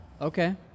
Okay